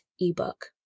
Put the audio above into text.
ebook